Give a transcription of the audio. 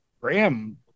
Graham